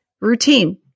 Routine